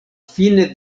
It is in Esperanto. fine